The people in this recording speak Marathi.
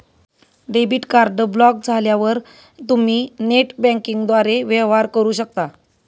डेबिट कार्ड ब्लॉक झाल्यावर तुम्ही नेट बँकिंगद्वारे वेवहार करू शकता